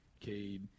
Cade